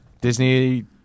Disney